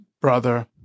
brother